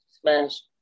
Smash